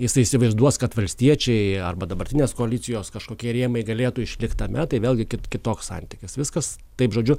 jisai įsivaizduos kad valstiečiai arba dabartinės koalicijos kažkokie rėmai galėtų išlikt tame tai vėlgi kitoks santykis viskas taip žodžiu